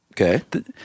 Okay